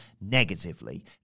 negatively